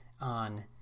on